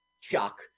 Chuck